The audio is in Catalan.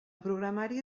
programari